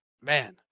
Man